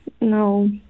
no